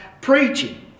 preaching